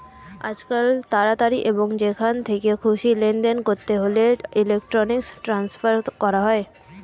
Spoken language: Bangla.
আজকাল তাড়াতাড়ি এবং যেখান থেকে খুশি লেনদেন করতে হলে ইলেক্ট্রনিক ট্রান্সফার করা হয়